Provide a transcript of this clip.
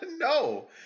No